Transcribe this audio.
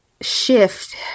shift